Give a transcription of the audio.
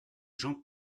jean